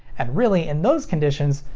and really, in those conditions,